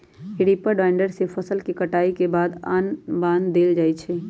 reaper binder से फसल के कटाई के बाद बान देल जाई छई